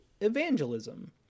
evangelism